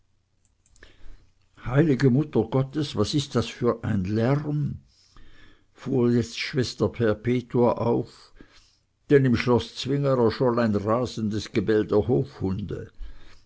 heilige mutter gottes was ist das für ein lärm fuhr jetzt schwester perpetua auf denn im schloßzwinger erscholl ein rasendes gebell der hofhunde